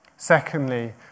Secondly